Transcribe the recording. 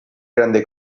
grande